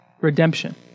redemption